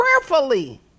prayerfully